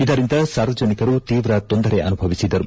ಇದರಿಂದ ಸಾರ್ವಜನಿಕರು ತೀವ್ರ ತೊಂದರೆ ಅನುಭವಿಸಿದ್ದರು